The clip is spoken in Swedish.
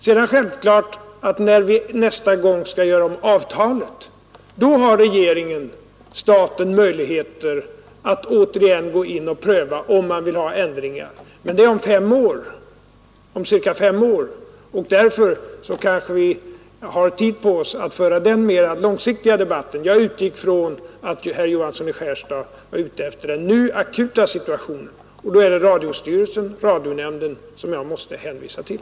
Sedan är det klart att när vi nästa gång skall göra om avtalet har staten möjligheter att återigen gå in och pröva om man vill ha ändringar — men det är om cirka fem år, och därför kanske vi har tid på oss att föra den mera långsiktiga debatten. Jag utgick från att herr Johansson i Skärstad var ute efter den nu akuta situationen, och då är det radiostyrelsen och radionämnden som jag måste hänvisa till.